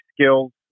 skills